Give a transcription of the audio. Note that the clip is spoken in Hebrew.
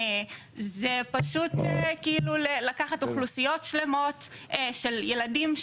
זה פשוט כאילו לקחת אוכלוסיות שלמות של ילדים,